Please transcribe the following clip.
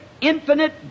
infinite